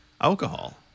alcohol